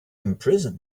imprison